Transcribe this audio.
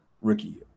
rookie